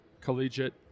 collegiate